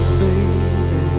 baby